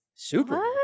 Super